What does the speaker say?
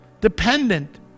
Dependent